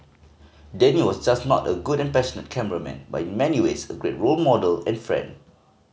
Danny was not just a good and passionate cameraman but in many ways a great role model and friend